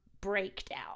breakdown